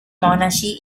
monaci